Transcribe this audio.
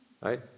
right